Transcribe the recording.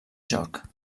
joc